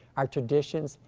our traditions,